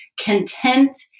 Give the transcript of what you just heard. content